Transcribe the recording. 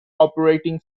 operating